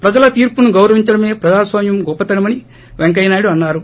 ప్రజల తీర్పును గౌరవించడమే ప్రజాస్వామ్యం గొప్పతనమని పెంకయ్యనాయుడు అన్నారు